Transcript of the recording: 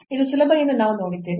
ಇದು ಸುಲಭ ಎಂದು ನಾವು ನೋಡಿದ್ದೇವೆ